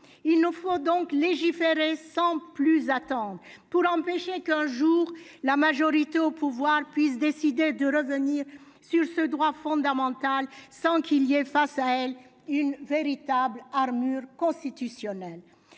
il nous faut donc légiférer sans plus attendre pour empêcher qu'un jour la majorité au pouvoir puisse décider de revenir sur ce droit fondamental, sans qu'il y face à elle une véritable armure constitutionnelle,